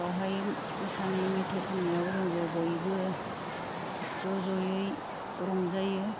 बावहाय मोसानाय मेथाइ खन्नायाव जोंबो बयबो ज' ज'यै रंजायो